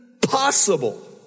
possible